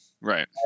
Right